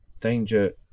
danger